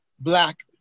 Black